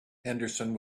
henderson